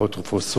על האתר,